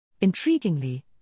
Intriguingly